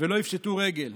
ולא יפשטו רגל.